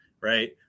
right